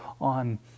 on